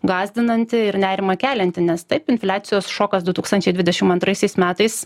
gąsdinanti ir nerimą kelianti nes taip infliacijos šokas du tūkstančiai dvidešim antraisiais metais